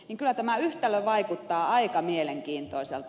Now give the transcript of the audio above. kyllä tämä yhtälö vaikuttaa aika mielenkiintoiselta